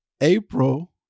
April